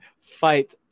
fight